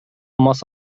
мас